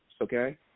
okay